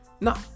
No